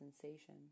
sensation